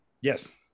yes